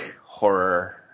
horror